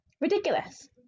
Ridiculous